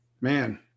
man